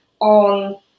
on